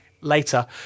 later